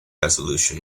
resolution